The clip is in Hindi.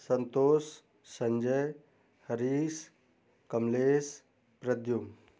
संतोष संजय हरीश कमलेश प्रद्युम